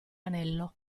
anello